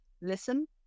listen